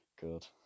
Good